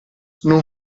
non